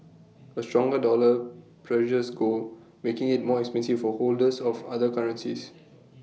A stronger dollar pressures gold making IT more expensive for holders of other currencies